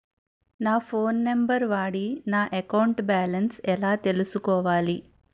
నా phone number వాడి నా అకౌంట్ బాలన్స్ ఎలా తెలుసుకోవాలి?